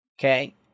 okay